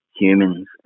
humans